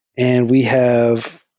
and we have